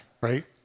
right